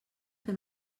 que